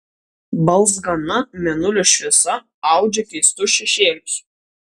balzgana mėnulio šviesa audžia keistus šešėlius